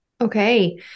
Okay